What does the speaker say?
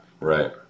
Right